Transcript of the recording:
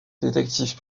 détective